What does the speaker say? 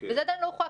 וזה עדיין לא הוכרע.